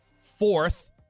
fourth